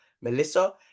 melissa